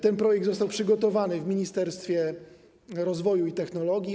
Ten projekt został przygotowany w Ministerstwie Rozwoju i Technologii.